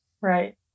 Right